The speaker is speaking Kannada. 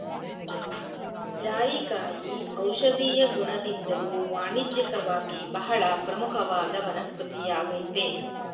ಜಾಯಿಕಾಯಿ ಔಷಧೀಯ ಗುಣದಿಂದ್ದಲೂ ವಾಣಿಜ್ಯಿಕವಾಗಿ ಬಹಳ ಪ್ರಮುಖವಾದ ವನಸ್ಪತಿಯಾಗಯ್ತೆ